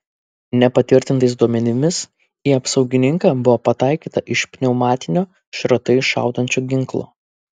nepatvirtintais duomenimis į apsaugininką buvo pataikyta iš pneumatinio šratais šaudančio ginklo